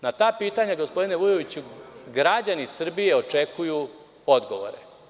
Na ta pitanja gospodine Vujoviću, građani Srbije očekuju odgovore.